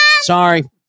sorry